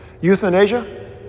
Euthanasia